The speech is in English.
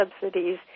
subsidies